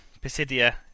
Pisidia